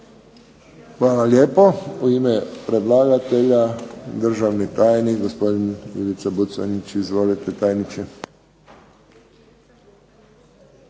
Hvala lijepo. U ime predlagatelja državni tajnik, gospodin Ivica Buconjić. Izvolite, tajniče.